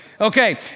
Okay